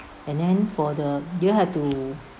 and then for the you have to